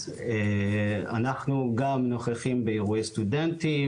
אז אנחנו גם נוכחים באירועי סטודנטים,